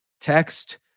text